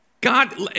God